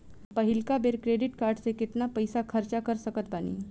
पहिलका बेर credit card से केतना पईसा खर्चा कर सकत बानी?